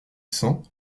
cents